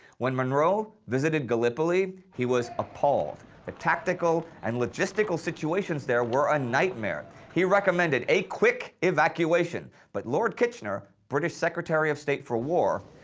when munro visited gallipoli he was appalled the tactical and logistical situations there were a nightmare. he recommended a quick evacuation but lord kitchener, british secretary of state for war,